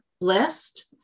list